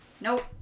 Nope